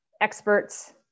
experts